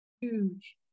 huge